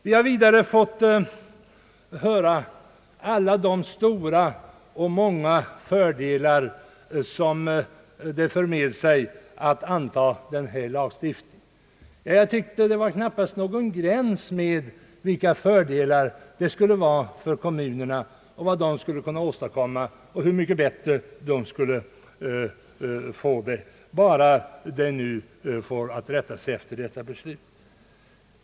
Vi har vidare fått höra vilka stora fördelar som det skulle föra med sig om denna lagstiftning antas. Det fanns knappast någon gräns för vilka fördelar den skulle innebära för kommunerna, vad de skulle kunna åstadkomma och hur mycket bättre de skulle få det bara de nu får detta beslut att rätta sig efter.